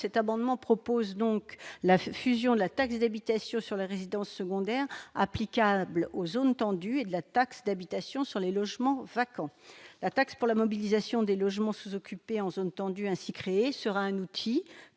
cet amendement tend à fusionner la taxe d'habitation sur les résidences secondaires applicable aux zones tendues et la taxe d'habitation sur les logements vacants. La taxe pour la mobilisation des logements sous-occupés en zone tendue ainsi créée sera un outil